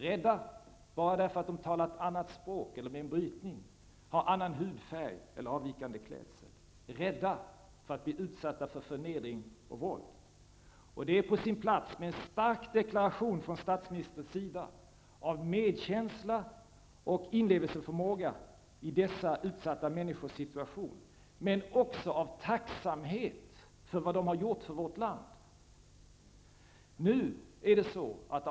Rädda bara för att de talar ett annat språk eller med brytning, för att de har en annan hudfärg eller avvikande klädsel. De är rädda för att bli utsatta för förnedring och våld. Det är på sin plats med en stark deklaration från statsministerns sida, innehållande medkänsla och inlevelseförmåga i dessa utsatta människors situation, men också tacksamhet för vad de har gjort för vårt land.